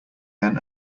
then